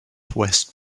west